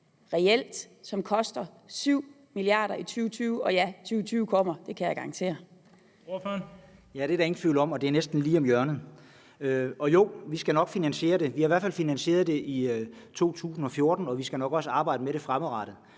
(Bent Bøgsted): Ordføreren. Kl. 13:15 René Christensen (DF): Ja, det er der ingen tvivl om, og det er næsten lige om hjørnet. Og jo, vi skal nok finansiere det. Vi har i hvert fald finansieret det i 2014, og vi skal nok også arbejde med det fremadrettet,